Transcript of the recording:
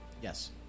Yes